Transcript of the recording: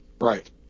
Right